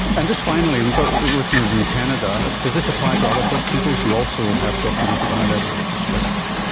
and just finally, we've got listeners in canada, does this apply to other first peoples who also have documented high levels of distress?